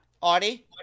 Audie